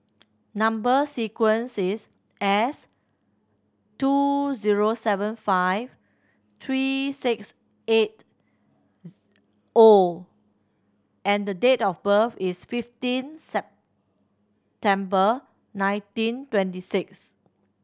number sequence is S two zero seven five three six eight O and the date of birth is fifteen September nineteen twenty six